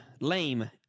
lame